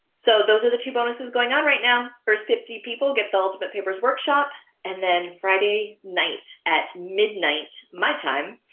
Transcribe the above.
so those are the two bonuses going on right now first fifty people get the ultimate papers workshop and then friday night at midnight my time